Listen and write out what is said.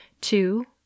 Two